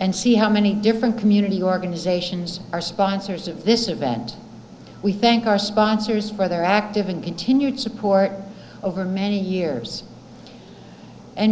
and see how many different community organizations are sponsors of this event we thank our sponsors for their active and continued support over many years and